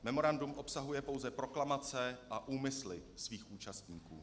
Memorandum obsahuje pouze proklamace a úmysly svých účastníků.